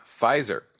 pfizer